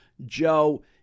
Joe